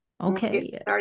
Okay